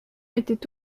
était